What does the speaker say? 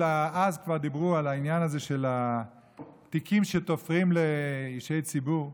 אז כבר דיברו על העניין הזה של התיקים שתופרים לאישי ציבור,